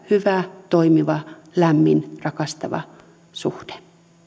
hyvä toimiva lämmin rakastava suhde